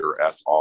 SR